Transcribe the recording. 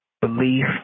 belief